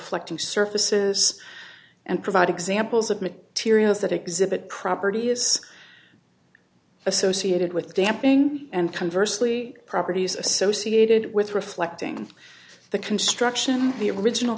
flecting surfaces and provide examples of materials that exhibit property is associated with damping and converse lee properties associated with reflecting the construction the original